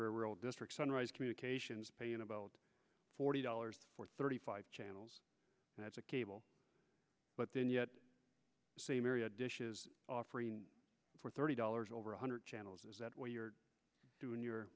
several districts sunrise communications paying about forty dollars for thirty five channels that's a cable but then yet the same area dish is offering for thirty dollars over one hundred channels is that what you're doing